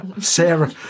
Sarah